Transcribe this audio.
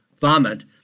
vomit